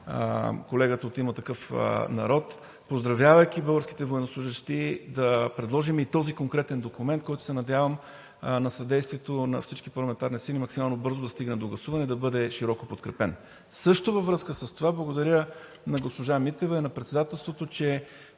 колегата от „Има такъв народ“, поздравявайки българските военнослужещи, да предложим и този конкретен документ, който се надявам на съдействието на всички парламентарни сили, максимално бързо да стигне за гласуване и да бъде широко подкрепен. Също във връзка с това, благодаря на госпожа Митева и на председателството, че